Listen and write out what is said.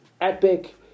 Epic